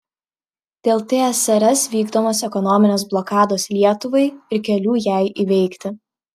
dėl tsrs vykdomos ekonominės blokados lietuvai ir kelių jai įveikti